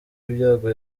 ibyago